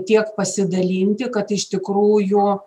tiek pasidalinti kad iš tikrųjų